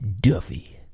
Duffy